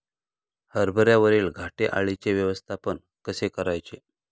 हरभऱ्यावरील घाटे अळीचे व्यवस्थापन कसे करायचे?